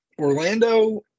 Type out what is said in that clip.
Orlando